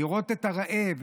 לראות את הרעב,